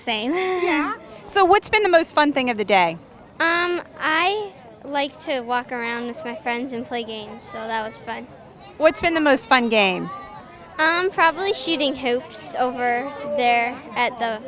same so what's been the most fun thing of the day i like to walk around with my friends and play games that was fun what's been the most fun game probably shooting hoops over there at the